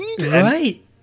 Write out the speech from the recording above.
Right